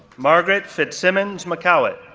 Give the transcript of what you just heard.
margaret fitzsimmons maccowatt,